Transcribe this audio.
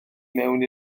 mewn